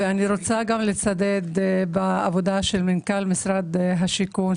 אני רוצה גם לצדד בעבודה של מנכ"ל משרד השיכון,